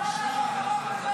התשפ"ג 2023,